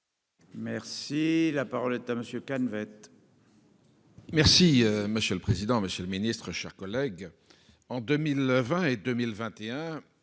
Merci, la parole est à monsieur Kahn. Merci monsieur le président, Monsieur le Ministre, chers collègues, en 2020 et 2021